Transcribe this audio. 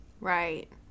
right